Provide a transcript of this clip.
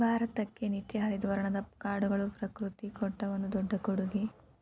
ಭಾರತಕ್ಕೆ ನಿತ್ಯ ಹರಿದ್ವರ್ಣದ ಕಾಡುಗಳು ಪ್ರಕೃತಿ ಕೊಟ್ಟ ಒಂದು ದೊಡ್ಡ ಕೊಡುಗೆ